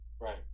Right